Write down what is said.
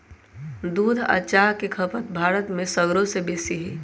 दूध आ चाह के खपत भारत में सगरो से बेशी हइ